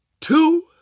two